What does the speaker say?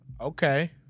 Okay